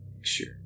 Sure